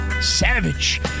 Savage